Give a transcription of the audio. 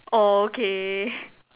okay